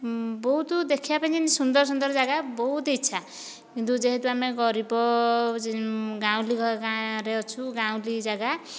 ବହୁତ ଦେଖିବା ପାଇଁ ଯେମିତି ସୁନ୍ଦର ସୁନ୍ଦର ଜାଗା ବହୁତ ଇଚ୍ଛା କିନ୍ତୁ ଯେହେତୁ ଆମେ ଗରିବ ଗାଉଁଲି ଘର ଗାଆଁରେ ଅଛୁ ଗାଉଁଲି ଜାଗା